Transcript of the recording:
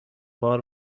بار